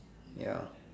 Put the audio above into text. ya